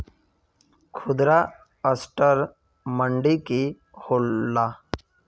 खुदरा असटर मंडी की होला?